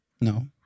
No